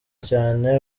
cyane